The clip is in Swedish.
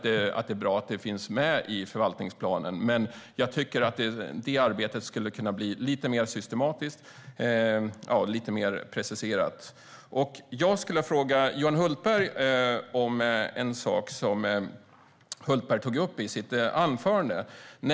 Det är bra att den finns med i förvaltningsplanen, men jag tycker att det arbetet skulle kunna bli lite mer systematiskt och preciserat. Jag skulle vilja fråga Johan Hultberg om en sak som han tog upp i sitt anförande.